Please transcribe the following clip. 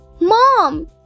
Mom